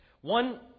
One